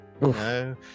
no